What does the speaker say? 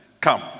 come